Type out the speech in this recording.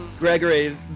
Gregory